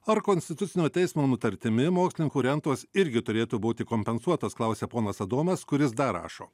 ar konstitucinio teismo nutartimi mokslininkų rentos irgi turėtų būti kompensuotas klausia ponas adomas kuris dar rašo